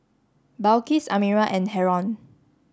Balqis Amirah and Haron